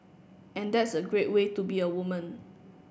and that's a great way to be a woman